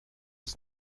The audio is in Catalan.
els